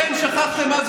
אתם שכחתם מה זה